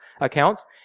accounts